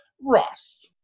Ross